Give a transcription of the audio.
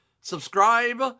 Subscribe